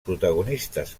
protagonistes